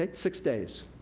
ah six days.